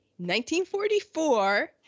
1944